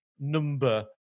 number